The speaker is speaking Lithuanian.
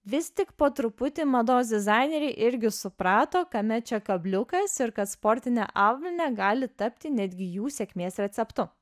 vis tik po truputį mados dizaineriai irgi suprato kame čia kabliukas ir kad sportinė avalynė gali tapti netgi jų sėkmės receptu